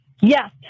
yes